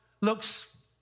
looks